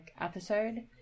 episode